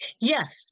Yes